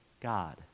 God